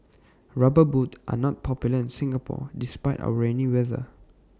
rubber boots are not popular in Singapore despite our rainy weather